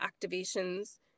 activations